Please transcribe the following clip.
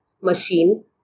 machine